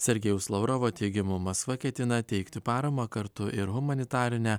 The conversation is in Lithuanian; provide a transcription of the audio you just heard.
sergejaus lavrovo teigimu maskva ketina teikti paramą kartu ir humanitarinę